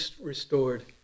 restored